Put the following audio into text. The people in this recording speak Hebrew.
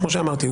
כמו שאמרתי,